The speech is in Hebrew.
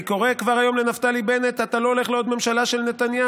אני קורא כבר היום לנפתלי בנט: אתה לא הולך לעוד ממשלה של נתניהו,